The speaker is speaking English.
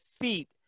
feet